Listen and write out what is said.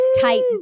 type